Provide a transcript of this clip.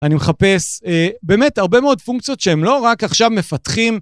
אני מחפש באמת הרבה מאוד פונקציות שהם לא רק עכשיו מפתחים.